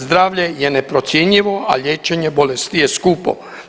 Zdravlje je neprocjenjivo, a liječenje bolesti je skupo.